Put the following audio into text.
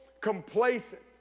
complacent